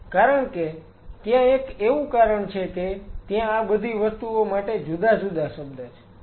કારણ કે ત્યાં એક એવું કારણ છે કે ત્યાં આ બધી વસ્તુઓ માટે જુદા જુદા શબ્દ છે